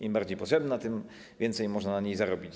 Im bardziej potrzebna, tym więcej można na niej zarobić.